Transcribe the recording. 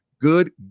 Good